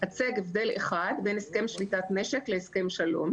הצג הגבל אחד בין הסכם שביתת נשק להסכם שלום.